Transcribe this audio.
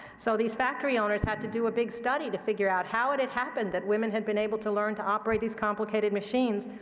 so these factory owners had to do a big study to figure out how it had happened that women had been able to learn to operate these complicated machines.